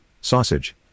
sausage